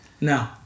No